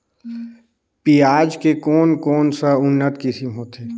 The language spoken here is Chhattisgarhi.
पियाज के कोन कोन सा उन्नत किसम होथे?